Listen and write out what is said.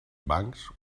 bancs